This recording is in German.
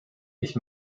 ich